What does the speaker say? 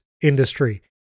industry